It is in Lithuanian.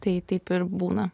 tai taip ir būna